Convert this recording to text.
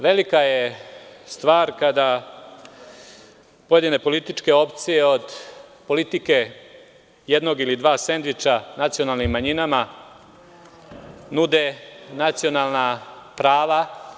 Velika je stvar kada pojedine političke opcije od politike jednog ili dva sendviča nacionalnim manjinama nude nacionalna prava.